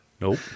Nope